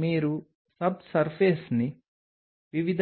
ఆధారంగా contact angle మారుతుంది